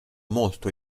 molto